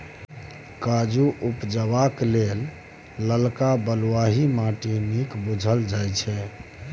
काजु उपजेबाक लेल ललका बलुआही माटि नीक बुझल जाइ छै